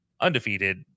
undefeated